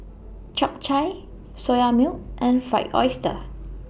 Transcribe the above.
Chap Chai Soya Milk and Fried Oyster